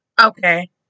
Okay